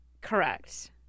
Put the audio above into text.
Correct